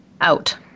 out